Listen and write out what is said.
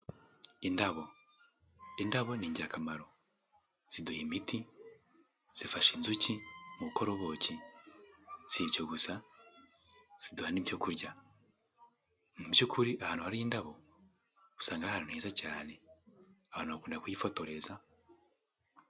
Indabo, indabo ni ingirakamaro, ziduha imiti, zifasha inzuki mu gukora ubuki, si ibyo gusa, ziduhana n'ibyo kurya, mu by'ukuri ahantu hari indabo, usanga ari ahantu heza cyane, abantu bakunda kuhifotoreza.